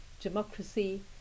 Democracy